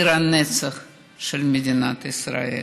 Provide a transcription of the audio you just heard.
עיר הנצח של מדינת ישראל.